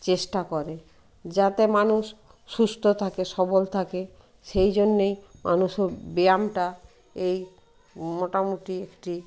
চেষ্টা করে যাতে মানুষ সুস্থ থাকে সবল থাকে সেই জন্যেই মানুষও ব্যায়ামটা এই মোটামুটি একটি